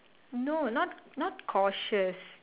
no not not cautious